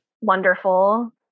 wonderful